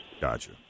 Gotcha